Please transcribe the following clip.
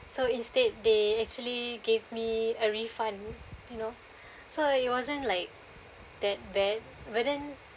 so instead they actually gave me a refund you know so it wasn't like that bad but then